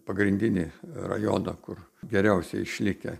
pagrindinį rajoną kur geriausiai išlikę